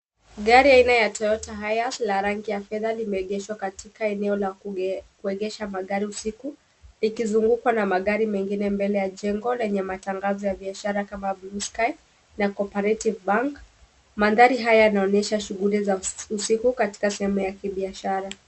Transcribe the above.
Gari aina ya toyota hiace lenye rangi ya fedha limeegeshwa kwenye eneo la kuegesha magari usiku ikizungukwa na magari mengine mbele ya jengo yenye matangazo ya biashara kama blue sky na cooperative bank. Mandhari haya yanaonyesha shughuli za usiku katika sehemu za kibiashara.